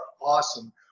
awesome